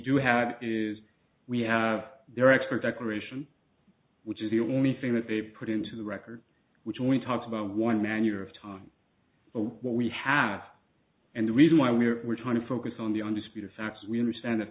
do have is we have their expert declaration which is the only thing that they put into the record which we talked about one man year of time but what we have and the reason why we're trying to focus on the undisputed facts we understand